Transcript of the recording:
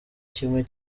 kimwe